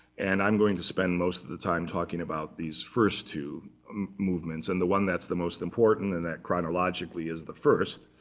and i'm going to spend most of the time talking about these first two movements. and the one that's the most important and that chronologically is the first,